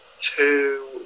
two